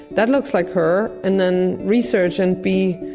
that looks like her. and then research and be,